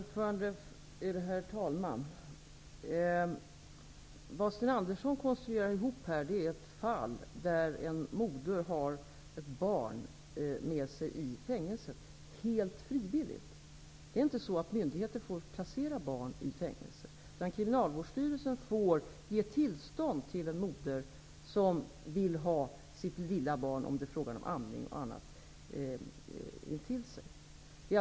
Herr talman! Sten Andersson i Malmö konstruerar ett fall där en moder har ett barn med sig i fängelset helt frivilligt. Myndigheter får inte placera barn i fängelser. Kriminalvårdsstyrelsen får ge tillstånd till en moder som vill ha med sig sitt lilla barn om det t.ex. är fråga om att amma barnet.